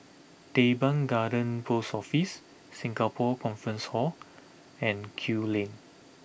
Teban Garden Post Office Singapore Conference Hall and Kew Lane